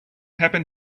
happen